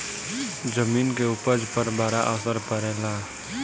जमीन के उपज पर बड़ा असर पड़ेला